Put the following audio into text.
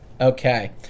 Okay